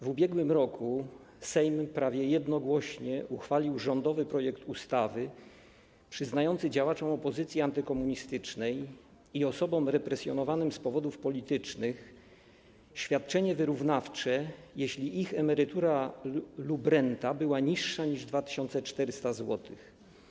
W ubiegłym roku Sejm prawie jednogłośnie uchwalił rządowy projekt ustawy przyznający działaczom opozycji antykomunistycznej i osobom represjonowanym z powodów politycznych świadczenie wyrównawcze, jeśli ich emerytura lub renta była niższa niż 2400 zł.